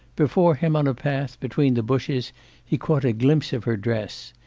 before him on a path between the bushes he caught a glimpse of her dress.